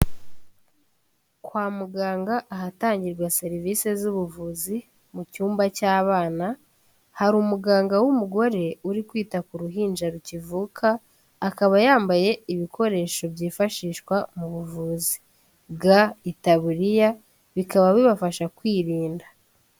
Kwa muganga, ahatangirwa serivise z'ubuvuzi mu cyumba cy'abana, hari umuganga w'umugore, uri kwita ku ruhinja rukivuka, akaba yambaye ibikoresho byifashishwa mu buvuzi. Ga, itaburiya, bikaba bibafasha kwirinda.